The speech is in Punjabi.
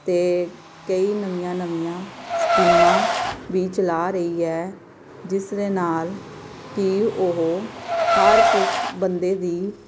ਅਤੇ ਕਈ ਨਵੀਆਂ ਨਵੀਆਂ ਸਕੀਮਾਂ ਵੀ ਚਲਾ ਰਹੀ ਹੈ ਜਿਸ ਦੇ ਨਾਲ ਕਿ ਉਹ ਹਰ ਬੰਦੇ ਦੀ